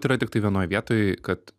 tai yra tiktai vienoj vietoj kad